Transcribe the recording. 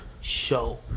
show